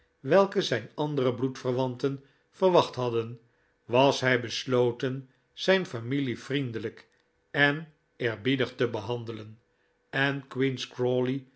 welke zijn andere bloedverwanten verwacht hadden was hij besloten zijn familie vriendelijk en eerbiedig te behandelen en queen's